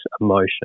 emotion